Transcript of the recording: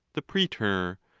the praetor,